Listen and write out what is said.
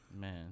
Man